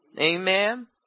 Amen